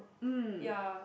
ya